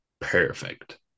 perfect